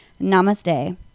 Namaste